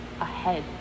ahead